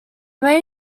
main